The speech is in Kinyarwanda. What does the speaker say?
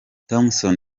thompson